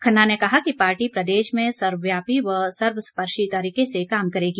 खन्ना ने कहा कि पार्टी प्रदेश में सर्वव्यापी व सर्व स्पर्शी तरीके से काम करेगी